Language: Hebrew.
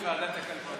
דיון בוועדת הכלכלה.